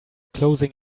closing